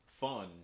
Fun